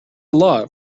lot